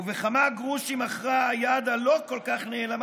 ובכמה גרושים מכרה היד הלא-נעלמה-כל-כך